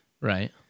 Right